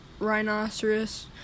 rhinoceros